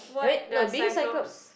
I mean no being Cyclops